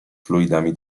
fluidami